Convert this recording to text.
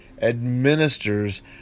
administers